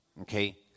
Okay